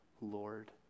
Lord